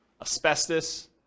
asbestos